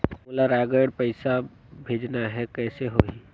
मोला रायगढ़ पइसा भेजना हैं, कइसे होही?